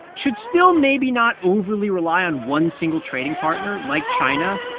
should still maybe not overly rely on one single trading partner, like china,